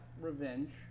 revenge